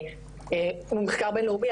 הוא מחקר בינלאומי,